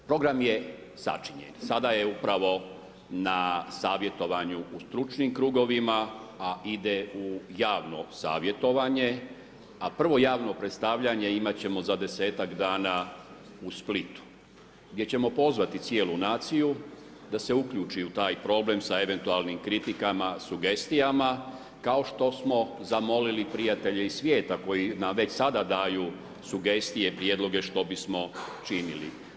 Program je sačinjen, sada je upravo na savjetovanju u stručnim krugovima, a ide u javno savjetovanje, a prvo javno predstavljanje imat ćemo za 10-tak dana u Splitu, gdje ćemo pozvati cijelu naciju da se uključi u taj problem sa eventualnim kritikama, sugestijama kao što smo zamolili prijatelje iz svijeta koji nam već sada daju sugestije, prijedloge što bismo činili.